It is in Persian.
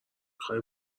خوای